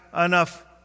enough